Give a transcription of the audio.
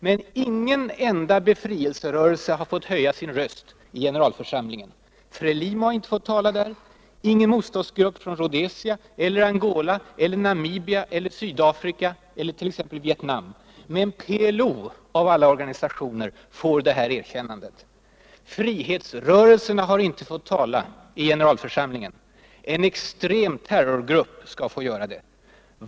Men ingen enda befrielserörelse har fått höja sin röst i generalförsamlingen. FRELIMO har inte fått göra det, inte heller någon motståndsgrupp från Rhodesia, Angola, Namibia, Sydafrika eller t.ex. Vietnam. Men PLO av alla organisationer får detta erkännande! Frihetsrörelserna Nr 106 har inte fått tala i generalförsamlingen. En extrem terrorgrupp skall få göra Torsdagen den det.